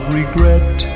regret